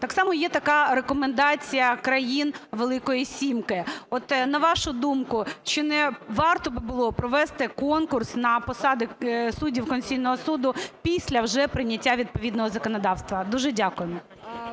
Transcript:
Так само є така рекомендація країн "Великої сімки". На вашу думку, чи не варто було б провести конкурс на посади суддів Конституційного Суду після вже прийняття відповідного законодавства? Дуже дякую.